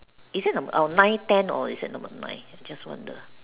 is it number our nine ten or is it number nine I just wonder